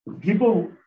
people